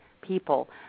people